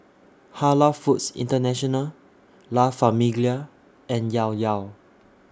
Halal Foods International La Famiglia and Llao Llao